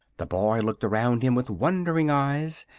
the boy looked around him with wondering eyes.